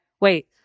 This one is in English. Wait